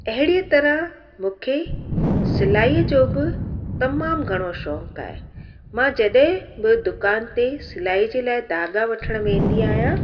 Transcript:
अहिड़ीअ तरह मूंखे सिलाईअ जो बि तमामु घणो शौक़ु आहे मां जॾहिं बि दुकान ते सिलाई जे लाइ दाॻा वठण वेंदी आहियां